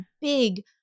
big